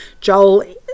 Joel